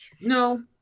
No